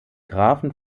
grafen